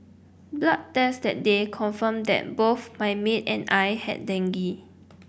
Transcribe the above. blood tests that day confirmed that both my maid and I had dengue